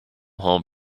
home